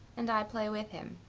and i play with him.